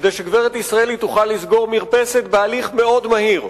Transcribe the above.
כדי שגברת ישראלי תוכל לסגור מרפסת בהליך מאוד מהיר.